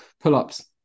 pull-ups